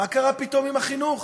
מה קרה פתאום עם החינוך?